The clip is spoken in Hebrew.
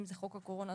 אם זה חוק הקורונה,